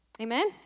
Amen